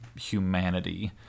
humanity